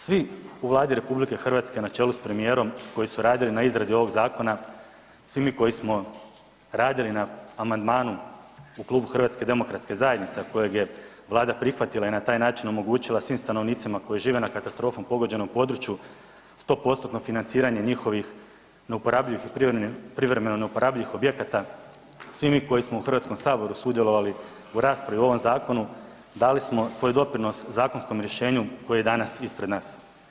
Svi u Vladi RH na čelu s premijerom koji su radili na izradi ovog zakona, svi mi koji smo radili na amandmanu u Klubu HDZ-a, a kojeg je vlada prihvatila i na taj način omogućila svim stanovnicima koji žive na katastrofom pogođenom području 100%-tno financiranje njihovih neuporabljivih i privremeno neuporabljivih objekata, svi mi koji smo u HS sudjelovali u raspravi o ovom zakonu dali smo svoj doprinos zakonskom rješenju koje je danas ispred nas.